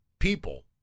people